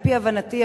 על-פי הבנתי,